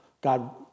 God